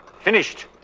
finished